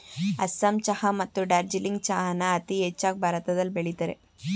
ಅಸ್ಸಾಂ ಚಹಾ ಮತ್ತು ಡಾರ್ಜಿಲಿಂಗ್ ಚಹಾನ ಅತೀ ಹೆಚ್ಚಾಗ್ ಭಾರತದಲ್ ಬೆಳಿತರೆ